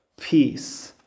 peace